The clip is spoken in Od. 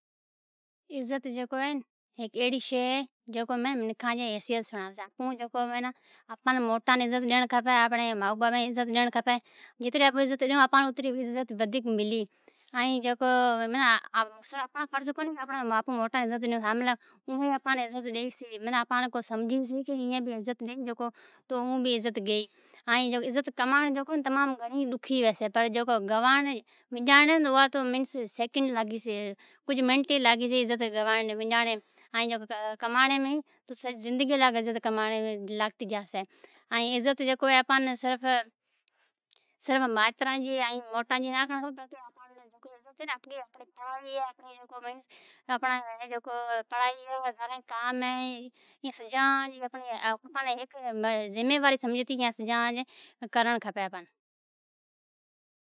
عزت جکو ھین ھیک اھڑی شی ھی جکو منکھاں جی حیثیت سنڑاوی چھی۔ آپان موٹان عزت ڈینڑ کھپی۔ مائو بابین عزت ڈینڑ کھپی۔ جتری آپوں عزت ڈئوں اتری آپاں اتری عزت ودھیک ملی۔ این جکو آنپڑا فرض کونی آپوں موٹاں عزت ڈئوں، ائیں آپاں عزت ڈئی چھی، آپان بہ ملی۔ آپنڑی کو سمجھی چھی۔ اھی عزت ڈئی تو اوں بہ عزت گئی۔ عزت ٹھانڑ ڈکھی ھی، وجانڑ سولی ھی کج سیکنڈ لاگی۔ عزت کمانڑی لی سجی زندگی لاگےی جا چھی۔ ایں عزت جکو ھی آپان صرف مایتراں جی ایں موٹاں جی نا کنرنڑ کپی، پر پاڑی ایں سجاں جی ذمیواری سمجھتی کرنڑ کھپی آپان۔